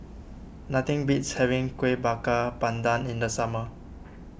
nothing beats having Kuih Bakar Pandan in the summer